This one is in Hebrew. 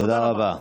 תודה רבה.